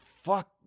fuck